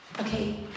Okay